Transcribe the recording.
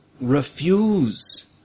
refuse